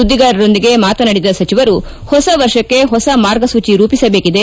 ಸುಧ್ಲಿಗಾರರೊಂದಿಗೆ ಮಾತನಾಡಿದ ಸಚಿವರು ಹೊಸ ವರ್ಷಕ್ಕೆ ಹೊಸ ಮಾರ್ಗಸೂಚಿ ರೂಪಿಸಬೇಕಿದೆ